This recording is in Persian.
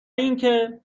اینکه